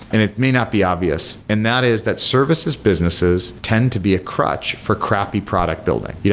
and it may not be obvious, and that is that services businesses tend to be a crutch for crappy product building. yeah